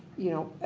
you know.